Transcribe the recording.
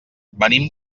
venim